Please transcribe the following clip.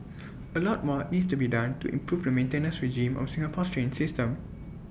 A lot more needs to be done to improve the maintenance regime of Singapore's train system